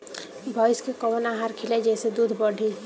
भइस के कवन आहार खिलाई जेसे दूध बढ़ी?